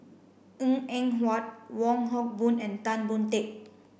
Png Eng Huat Wong Hock Boon and Tan Boon Teik